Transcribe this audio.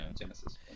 Genesis